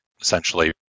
essentially